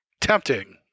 Tempting